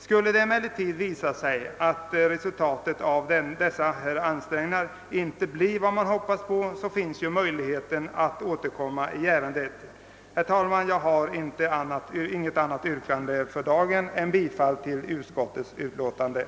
Skulle det visa sig att resultatet av dessa ansträngningar inte blir vad man hoppas på, finns det möjlighet att återkomma i ärendet. Herr talman! Jag har inte något annat yrkande för dagen än om bifall till utskottets hemställan.